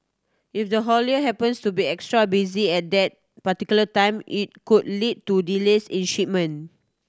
if the haulier happens to be extra busy at that particular time it could lead to delays in shipment